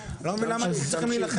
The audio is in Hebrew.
אני לא מבין למה אנחנו צריכים להילחם.